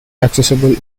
accessible